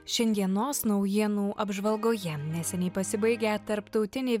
šiandienos naujienų apžvalgoje neseniai pasibaigę tarptautiniai